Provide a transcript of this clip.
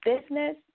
business